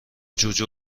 جوجه